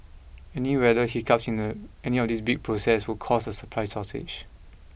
any weather hiccups in the any of these big proccess would cause a supply shortage